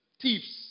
thieves